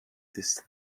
this